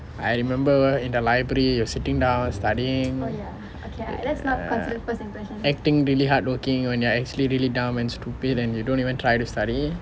I remember in the library you were sitting down studying acting really hardworking when you are actually really dumb and stupid and you don't even try to study